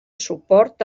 suport